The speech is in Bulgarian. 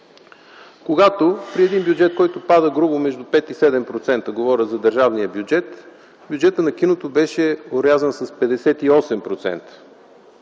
когато при един бюджет, който пада грубо между 5 и 7%, говоря за държавния бюджет, бюджетът на киното беше орязан с 58%.